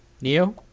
Neo